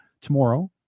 tomorrow